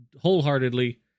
Wholeheartedly